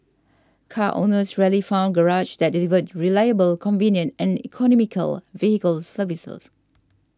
car owners rarely found garages that delivered reliable convenient and economical vehicle services